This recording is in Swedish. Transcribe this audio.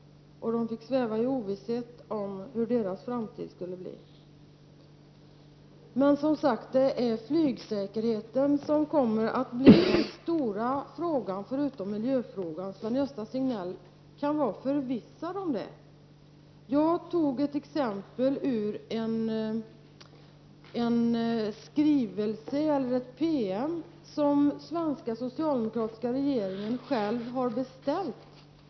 De fick sväva i osäkerhet om hur deras framtid skulle formas. Som sagt: Flygsäkerheten kommer att bli den stora frågan förutom miljön, så Sven Gösta Signell kan vara förvissad om det. Jag tog upp ett exempel ur en promemoria som den svenska socialdemokratiska regeringen själv har beställt.